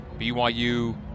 BYU